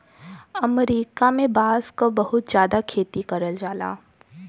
अमरीका में बांस क बहुत जादा खेती करल जाला